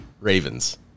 Ravens